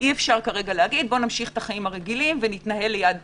אי אפשר לומר: נמשיך את החיים הרגילים ונתנהל ליד הקורונה.